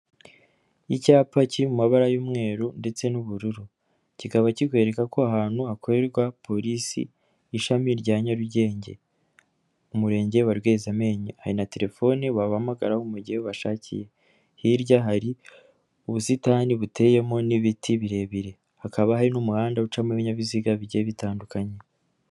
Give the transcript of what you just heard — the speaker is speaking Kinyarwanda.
Icyapa kiri mu mabara y'umweru ndetse n'ubururu, kikaba kikwereka ko aha hantu hakorerwa Polisi ishami rya Nyarugenge, Umurenge wa Rwezamenyo, hari na telefoni wabahamagaraho mu gihe ubashakiye, hirya hari ubusitani buteyemo n'ibiti birebire, hakaba hari n'umuhanda ucamo ibinyabiziga bigiye bitandukanye.